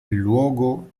luogo